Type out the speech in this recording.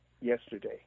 yesterday